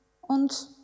Und